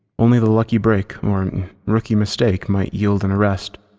only the lucky break or rookie mistake might yield an arrest.